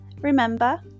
Remember